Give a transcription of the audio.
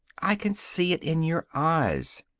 i can see it in your eyes.